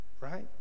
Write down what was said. right